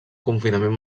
confinament